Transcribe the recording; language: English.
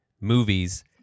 movies